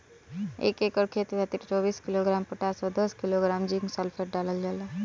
एक एकड़ खेत खातिर चौबीस किलोग्राम पोटाश व दस किलोग्राम जिंक सल्फेट डालल जाला?